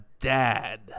dad